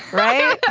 right?